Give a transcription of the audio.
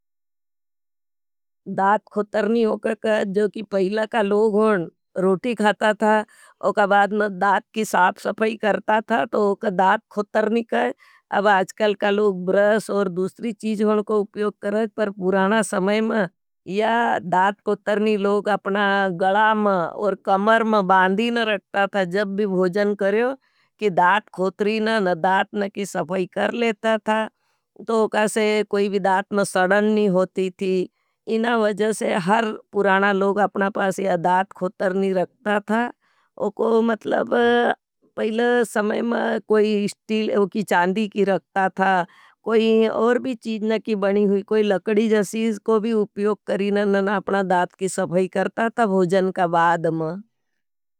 दाथ खोतर नी ओका क़हत जो की पहिला का लोग रोटी खाता था, वोका बाद में दाथ की साप सपई करता था। तो वोका दाथ खोतर नी कर, अब आजकल का लोग ब्रस और दूसरी चीज होन को उप्योग करते हैं। पुराना समय में यह दाथ खोतर नी लोग अपना गड़ा में और कमर में बांधी न रखता था। जब भी भोजन करेओ, कि दाथ खोतरी ना न दाथ की सापई कर लेता था। तो वोका से कोई भी दाथ में सडन नहीं होती थी। इन्हां वज़े से हर पुराना लोग अपना पास यह दाथ खोतर नी रखता था। उको मतलब पहले समय में कोई स्टील यह की चांदी की रखता था। कोई और भी चीज कोई लकड़ी जासी को भी उप्योग करेना ना अपना दाथ की सापई करता था भोजन का बाद में।